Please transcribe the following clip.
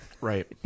Right